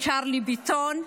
צ'רלי ביטון.